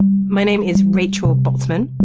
my name is rachel botsman.